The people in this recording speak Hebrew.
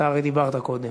אתה הרי דיברת קודם,